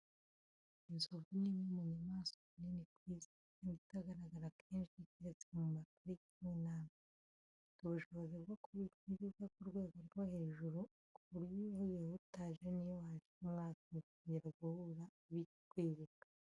Inzovu ni imwe mu nyamaswa nini ku isi, kandi itagaragara kenshi keretse mu mapariki amwe n’amwe. Ifite ubushobozi bwo kubika inzika ku rwego rwo hejuru, ku buryo iyo uyihutaje n'iyo hashira umwaka mukongera guhura, iba ikikwibuka.